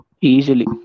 Easily